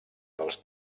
dels